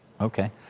Okay